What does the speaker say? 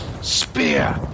Spear